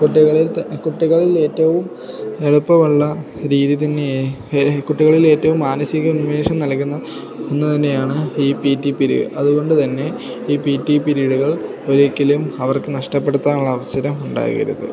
കുട്ടികളിൽ ത കുട്ടികളിൽ ഏറ്റവും എളുപ്പമുള്ള രീതി തന്നെയ കുട്ടികളിൽ ഏറ്റവും മാനസിക ഉന്മേഷം നൽകുന്ന ഒന്ന് തന്നെയാണ് ഈ പി ടി പിരീഡ് അതുകൊണ്ട് തന്നെ ഈ പി ടി പിരീഡുകൾ ഒരിക്കലും അവർക്ക് നഷ്ടപ്പെടുത്താനുള്ള അവസരം ഉണ്ടാക്കരുത്